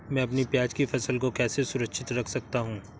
मैं अपनी प्याज की फसल को कैसे सुरक्षित रख सकता हूँ?